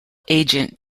agent